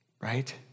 right